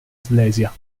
slesia